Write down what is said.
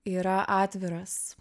yra atviras